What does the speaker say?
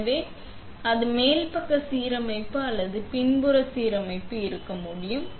எனவே அது மேல் பக்க சீரமைப்பு அல்லது அது ஒரு பின்புற சீரமைப்பு இருக்க முடியும்